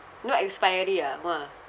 no expiry ah !wah!